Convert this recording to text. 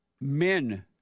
men